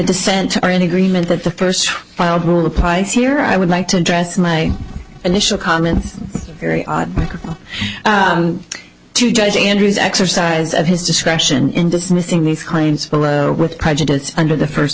dissent are in agreement that the first filed rule applies here i would like to address my initial comment very odd to judge andrew's exercise of his discretion in dismissing these claims with prejudice under the first